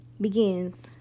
begins